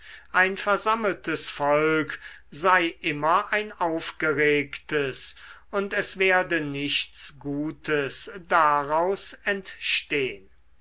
ein versammeltes volk sei immer ein aufgeregtes und es werde nichts gutes daraus entstehn